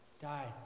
Died